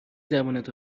زبونت